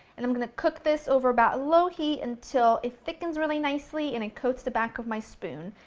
and i'm going to cook this over about low heat until it thickens really nicely and it coats the back of my spoon,